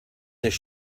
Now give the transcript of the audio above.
there